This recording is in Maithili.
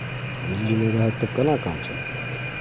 बिजली नहि रहत तऽ केना काम चलतै